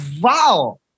Wow